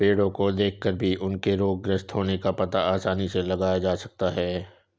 पेड़ो को देखकर भी उनके रोगग्रस्त होने का पता आसानी से लगाया जा सकता है